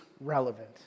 relevant